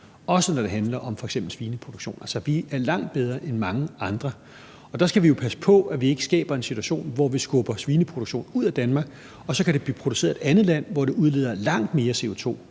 også når det handler om f.eks. svineproduktion. Altså, vi er langt bedre end mange andre. Og der skal vi jo passe på, at vi ikke skaber en situation, hvor vi skubber svineproduktion ud af Danmark og den så kan foregå i et andet land, hvor den udleder langt mere CO2,